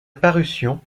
parution